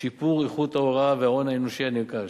שיפור איכות ההוראה וההון האנושי הנרכש,